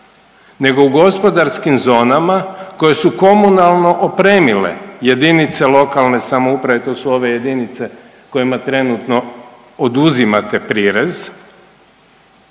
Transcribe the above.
nego u gospodarskim zonama koje su komunalno opremile jedinice lokalne samouprave i to su ove jedinice kojima trenutno oduzimate prirez,